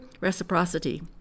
reciprocity